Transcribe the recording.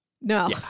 no